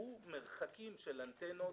שיקבעו מרחקים של אנטנות